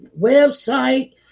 website